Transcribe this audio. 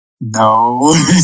No